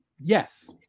yes